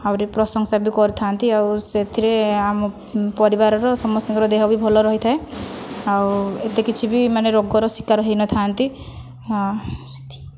ଆହୁରି ପ୍ରଶଂସା ବି କରିଥାନ୍ତି ଆଉ ସେଥିରେ ଆମ ପରିବାରର ସମସ୍ତଙ୍କର ଦେହ ବି ଭଲ ରହିଥାଏ ଆଉ ଏତେ କିଛି ବି ମାନେ ରୋଗର ଶିକାର ହୋଇନଥାନ୍ତି ସେତିକି